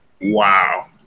Wow